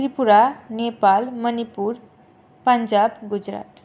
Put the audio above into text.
Tripura Nepal Manipur Punjab Gujarat